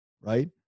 right